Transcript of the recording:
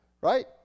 Right